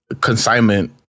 consignment